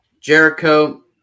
Jericho